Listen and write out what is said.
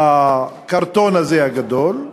הקרטון הזה הגדול,